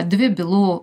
dvi bylų